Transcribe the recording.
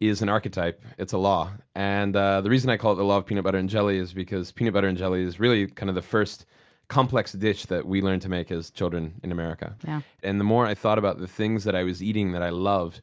is an archetype. it's a law. and the the reason i call it the law of peanut butter and jelly is because peanut butter and jelly is really kind of the first complex dish that we learn to make as children in america yeah and the more i thought about the things that i was eating that i loved,